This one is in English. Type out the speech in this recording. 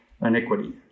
iniquity